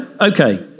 Okay